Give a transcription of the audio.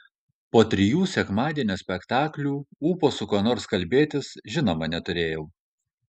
po trijų sekmadienio spektaklių ūpo su kuo nors kalbėtis žinoma neturėjau